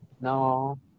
No